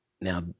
Now